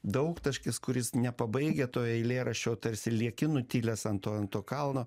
daugtaškis kuris nepabaigia to eilėraščio tarsi lieki nutilęs ant to ant to kalno